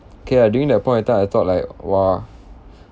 okay ah during that point of time I thought like !wah!